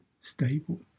stable